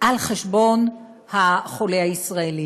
על חשבון חולה ישראלי.